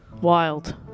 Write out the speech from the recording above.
Wild